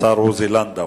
עוזי לנדאו.